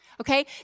Okay